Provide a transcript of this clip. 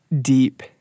deep